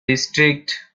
district